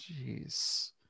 jeez